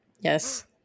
Yes